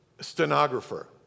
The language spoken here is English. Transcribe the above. stenographer